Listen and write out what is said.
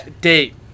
Date